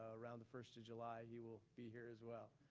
around the first of july, he will be here as well.